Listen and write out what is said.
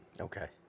Okay